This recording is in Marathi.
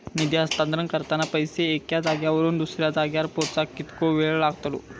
निधी हस्तांतरण करताना पैसे एक्या जाग्यावरून दुसऱ्या जाग्यार पोचाक कितको वेळ लागतलो?